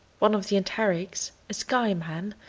one of the enterics, a skye man,